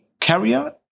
carrier